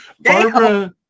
Barbara